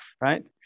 right